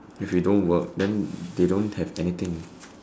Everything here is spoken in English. if we don't work then they don't have anything